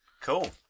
Cool